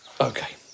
Okay